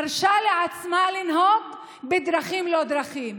מרשה לעצמה לנהוג בדרכים לא דרכים.